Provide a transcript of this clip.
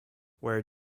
where